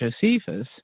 Josephus